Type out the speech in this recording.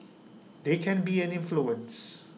there can be an influence